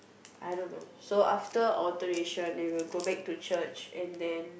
I don't know so after alteration they will go back to church and then